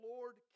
Lord